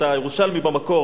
אתה ירושלמי במקור,